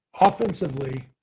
offensively